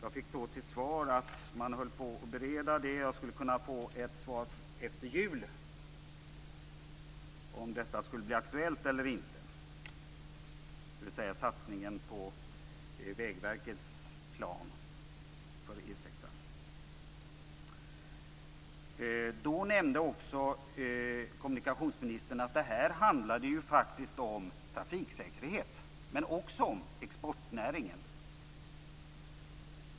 Jag fick till svar att frågan höll på att beredas och att jag skulle kunna få ett svar efter jul på om Vägverkets plan för E 6 skulle bli aktuell.